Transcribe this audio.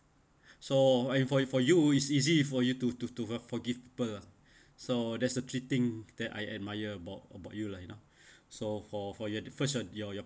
so and for for you is easy for you to to to uh forgive people ah so that's the treating that I admire about about you lah you know so for for your first your your your